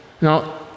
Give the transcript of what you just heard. Now